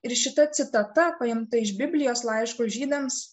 ir šita citata paimta iš biblijos laiško žydams